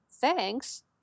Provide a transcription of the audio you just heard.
thanks